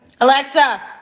Alexa